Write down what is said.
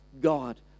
God